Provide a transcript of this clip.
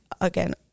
again